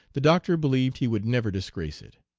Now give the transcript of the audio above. the doctor believed he would never disgrace it.